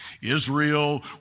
Israel